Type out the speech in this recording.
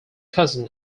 cousin